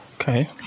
Okay